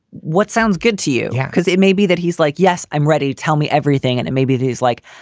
what sounds good to you? yeah because it may be that he's like, yes, i'm ready, tell me everything. and it maybe it is like,